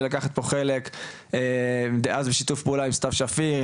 לקחת פה חלק דאז בשיתוף פעולה עם סתיו שפיר,